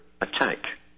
attack